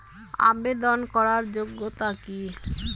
আবেদন করার যোগ্যতা কি?